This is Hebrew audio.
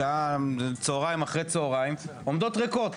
בשעת צוהריים ואחרי צוהריים עומדות ריקות,